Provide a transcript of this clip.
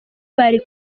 bari